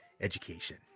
education